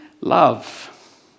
love